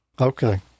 Okay